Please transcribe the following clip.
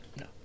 no